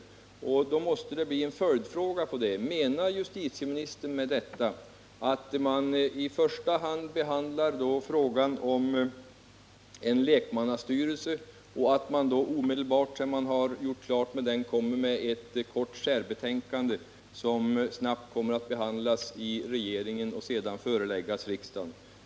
Då måste jag emellertid komma med en följdfråga: Menar justitieministern med detta att man i första hand behandlade frågan om en lekmannastyrelse och därefter, omedelbart sedan denna blivit klar, framlägger ett kort särbetänkande, som snabbt kommer att behandlas i regeringen och därpå föreläggs riksdagen?